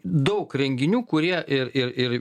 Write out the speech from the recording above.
daug renginių kurie ir ir ir